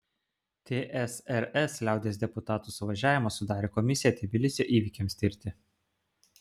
tsrs liaudies deputatų suvažiavimas sudarė komisiją tbilisio įvykiams tirti